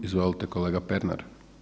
Izvolite kolega Penar.